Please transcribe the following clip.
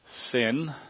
Sin